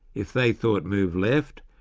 if they thought move left,